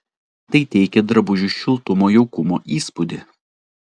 tai teikia drabužiui šiltumo jaukumo įspūdį